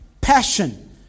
passion